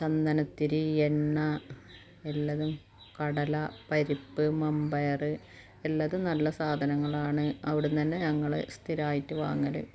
ചന്ദനത്തിരി എണ്ണ എല്ലാതും കടല പരിപ്പ് മൺപയർ എല്ലാതും നല്ല സാധനങ്ങളാണ് അവിടുന്ന് തന്നെ ഞങ്ങൾ സ്ഥിരമായിട്ട് വാങ്ങൽ